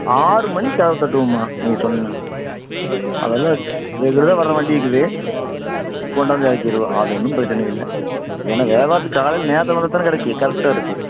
ஆறு மணிக்கு கதவை தட்டுவோமா நீங்கள் சொன்னால் அதெல்லாம் ரெகுலராக வர்ற வண்டி இருக்குது கொண்டாந்து இறக்கிருவோம் அது ஒன்றும் பிரச்சனை இல்லை ஏன்னால் வியாபாரத்துக்கு காலையில் நேரத்தில் வந்தால்தானே கிடைக்கும் கரெட்டாக இருக்கும்